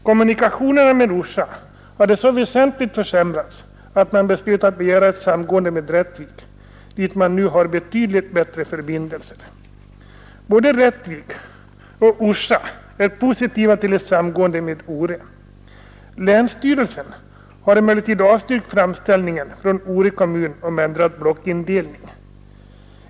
Kommunikationerna med Orsa hade så väsentligt försämrats att man beslöt begära ett samgående med Rättvik, dit man nu har betydligt bättre förbindelser. Både Rättvik och Orsa är positiva till ett samgående med Ore. Länsstyrelsen har emellertid avstyrkt framställning från Ore kommun om ändrad blockindelning.